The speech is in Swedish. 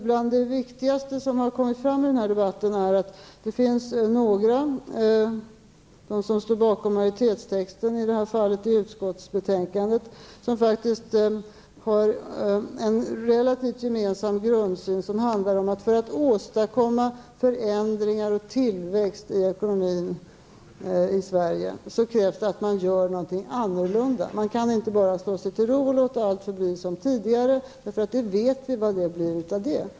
Bland det viktigaste som har kommit fram i den här debatten är att det finns några -- de som står bakom majoritetsskrivningen i utskottsbetänkandet -- som faktiskt har en relativt gemensam grundsyn, som handlar om att det för att åstadkomma förändringar och tillväxt i ekonomin i Sverige krävs att man gör någonting annorlunda. Man kan inte bara slå sig till ro och låta allt förbli som tidigare. Vi vet vad det blev av det.